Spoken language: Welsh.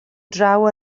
draw